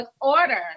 order